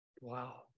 Wow